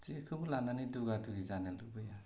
जेखौबो लानानै दुगा दुगि जानो लुबैया